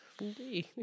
Indeed